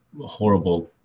horrible